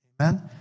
Amen